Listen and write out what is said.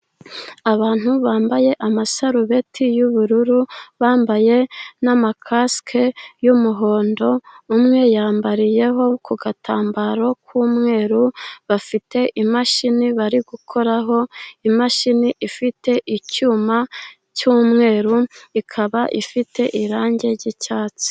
Abantu bambaye amasarubeti y'ubururu, bambaye n'amakasike y'umuhondo, umwe yambariyeho ku gatambaro k'umweru, bafite imashini bari gukoraho, imashini ifite icyuma cy'umweru, ikaba ifite irangi ry'icyatsi.